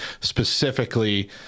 specifically